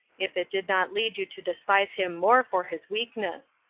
if it did not lead you to despise him more for his weakness.